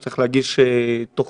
הוא צריך להגיש תוכנית